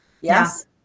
Yes